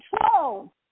control